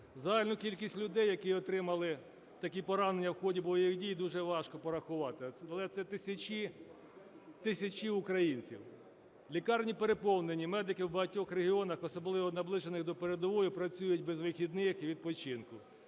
Загальну кількість людей, які отримали такі поранення в ході бойових дій, дуже важко порахувати, але це тисячі-тисячі українців. Лікарні переповнені, медики в багатьох регіонах, особливо наближених до передової, працюють без вихідних і відпочинку.